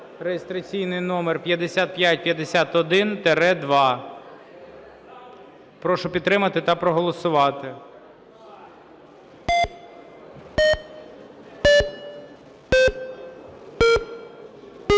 реєстраційний номер 5551-2. Прошу підтримати та проголосувати.